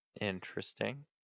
Interesting